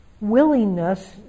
Willingness